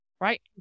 right